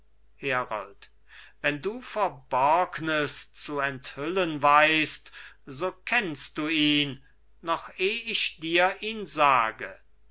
herold wenn du verborgnes zu enthüllen weißt so kennst du ihn noch eh ich dir ihn sage